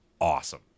awesome